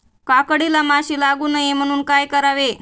काकडीला माशी लागू नये म्हणून काय करावे?